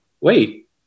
wait